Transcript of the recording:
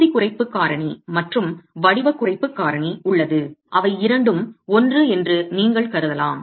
பகுதி குறைப்பு காரணி மற்றும் வடிவ குறைப்பு காரணி உள்ளது அவை இரண்டும் ஒன்று என்று நீங்கள் கருதலாம்